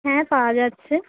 হ্যাঁ পাওয়া যাচ্ছে